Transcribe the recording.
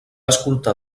escoltar